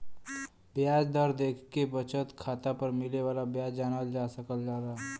ब्याज दर देखके बचत खाता पर मिले वाला ब्याज जानल जा सकल जाला